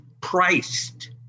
priced